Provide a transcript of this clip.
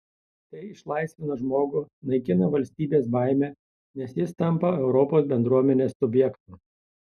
tai išlaisvina žmogų naikina valstybės baimę nes jis tampa europos bendruomenės subjektu